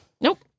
Nope